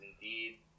indeed